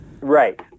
right